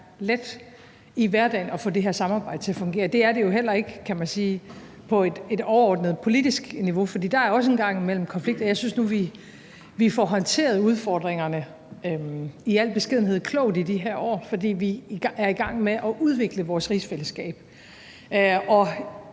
let i hverdagen at få det her samarbejde til at fungere. Det er det jo heller ikke, kan man sige, på et overordnet politisk niveau, for der er også en gang imellem konflikter. Jeg synes nu, at vi får håndteret udfordringerne – i al beskedenhed – klogt i de her år, fordi vi er i gang med at udvikle vores rigsfællesskab